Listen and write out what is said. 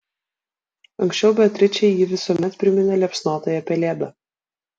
anksčiau beatričei ji visuomet priminė liepsnotąją pelėdą